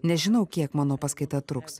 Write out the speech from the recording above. nežinau kiek mano paskaita truks